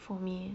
for me